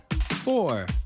four